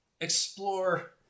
explore